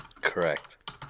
Correct